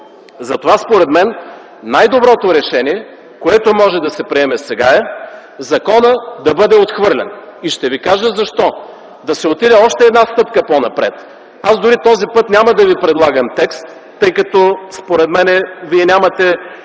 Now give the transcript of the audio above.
Затова според мен най-доброто решение, което може да се приеме сега, е законът да бъде отхвърлен, и ще Ви кажа защо – да се отиде още една стъпка по-напред. Дори този път няма да ви предлагам текст, тъй като според мен вие нямате